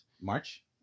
March